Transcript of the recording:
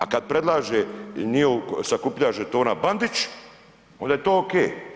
A kada predlaže njihov sakupljač žetona Bandić, onda je to ok.